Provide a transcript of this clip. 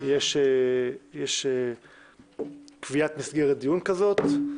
יש קביעת מסגרת דיון כזאת,